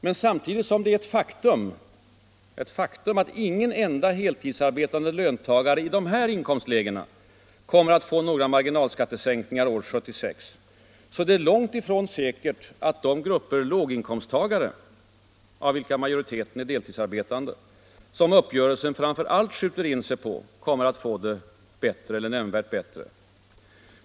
Men samtidigt som det är ett faktum att ingen enda heltidsarbetande löntagare i dessa inkomstlägen kommer att få några marginalskattesänkningar år 1976, är det långt ifrån säkert att de grupper låginkomsttagare — av vilka majoriteten är deltidsarbetande — som uppgörelsen framför allt skjuter in sig på, kommer att få det nämnvärt bättre.